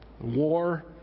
War